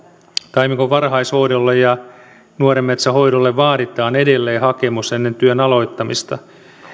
taimikon varhaishoidolle ja nuoren metsän hoidolle vaaditaan edelleen hakemus ennen työn aloittamista